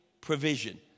provision